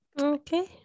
Okay